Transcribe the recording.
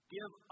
Give